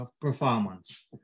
performance